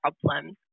problems